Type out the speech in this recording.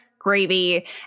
gravy